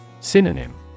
Synonym